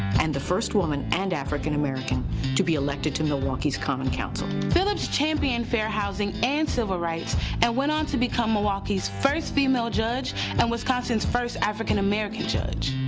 and the first woman and african american to be elected to milwaukee's common council. phillips championed fair housing and civil rights and went on to become milwaukee's first female judge and wisconsin's first african american judge.